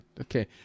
Okay